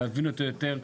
להבין אותו יותר.